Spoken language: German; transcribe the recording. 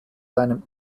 seinem